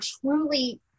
truly